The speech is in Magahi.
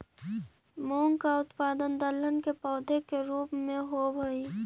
मूंग का उत्पादन दलहन के पौधे के रूप में होव हई